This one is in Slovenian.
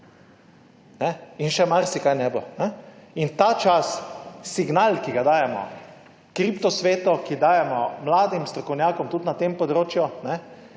In še marsičesa ne bo. Ta čas, signal, ki ga dajemo kripto svetu, ki ga dajemo mladim strokovnjakom tudi na tem področju,